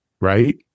right